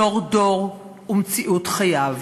דור-דור ומציאות חייו.